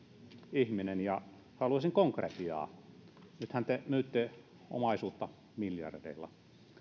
ihminen ja haluaisin konkretiaa nythän te myytte omaisuutta miljardeilla